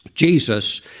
Jesus